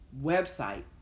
website